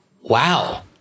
Wow